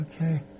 Okay